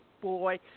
boy